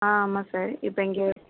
ஆ ஆமாம் சார் இப்போ இங்கே